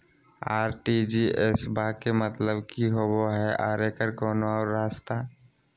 RTGS बा के मतलब कि होबे हय आ एकर कोनो और रस्ता?